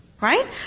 Right